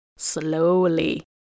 slowly